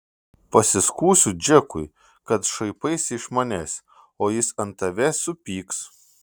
pasiskųsiu džekui kad šaipaisi iš manęs o jis ant tavęs supyks